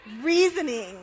Reasoning